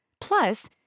Plus